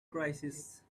crisis